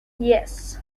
yes